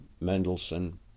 Mendelssohn